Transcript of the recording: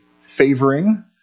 favoring